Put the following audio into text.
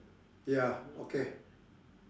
ya okay